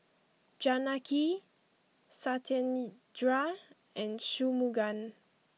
Janaki Satyendra and Shunmugam